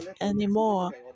anymore